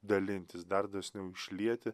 dalintis dar dosniau išlieti